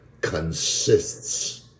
consists